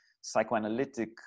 psychoanalytic